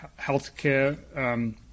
healthcare